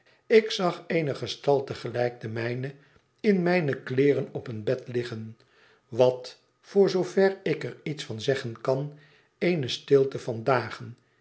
ik zag eene gestalte gelijk de mijne in mijne kleeren op een bed liggen wat voor zoover ik er iets van zeggen kan eene stilte van dagen